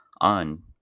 on